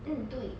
mm 对